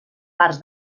parts